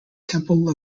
temple